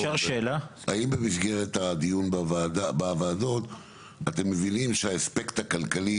האם במסגרת הדיון בוועדות אתם מבינים שהאספקט הכלכלי